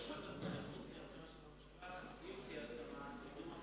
בתיאום עם